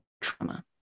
trauma